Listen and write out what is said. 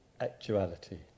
actuality